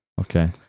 Okay